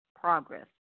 progress